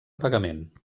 pagament